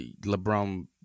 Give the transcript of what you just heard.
LeBron